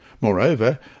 Moreover